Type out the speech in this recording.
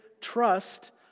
trust